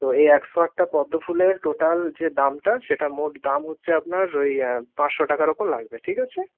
তো এই একশো আটটা পদ্মফুলের টোটাল যে দামটা সেটা মোট দাম হচ্ছে আপনার ওই পাঁচশো টাকার উপর লাগবে ঠিক আছে